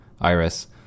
Iris